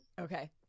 okay